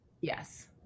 yes